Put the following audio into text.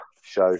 show